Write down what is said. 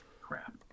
Crap